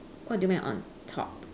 what do you mean on top